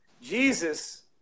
Jesus